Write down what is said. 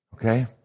Okay